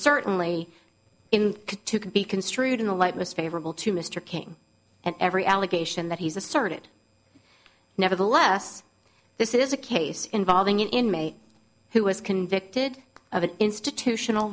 certainly in to can be construed in the light most favorable to mr king and every allegation that he's asserted nevertheless this is a case involving an inmate who was convicted of an institutional